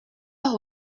los